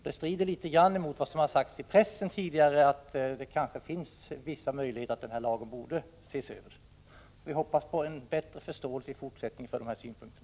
Det strider också något mot vad som tidigare har sagts i pressen, nämligen att det kanske finns vissa möjligheter att göra en översyn av den. Vi hoppas på en bättre förståelse för de här synpunkterna i framtiden.